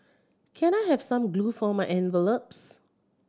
can I have some glue for my envelopes